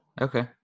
Okay